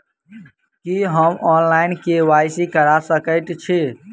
की हम online, KYC करा सकैत छी?